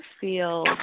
feel